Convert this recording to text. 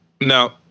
Now